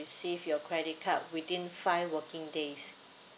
receive your credit card within five working days